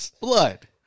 blood